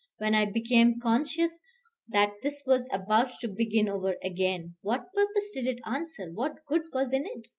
when i became conscious that this was about to begin over again what purpose did it answer what good was in it?